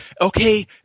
okay